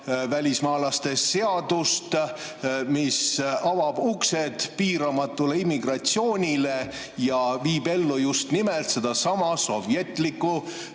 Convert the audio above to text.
välismaalaste seadust, mis avab uksed piiramatule immigratsioonile ja viib ellu just nimelt sedasama sovjetlikku